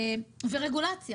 ורגולציה